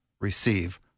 receive